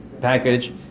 package